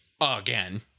again